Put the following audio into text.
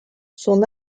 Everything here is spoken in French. son